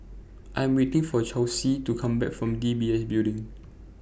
I Am waiting For Chelsi to Come Back from D B S Building